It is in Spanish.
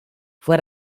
fue